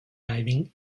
diving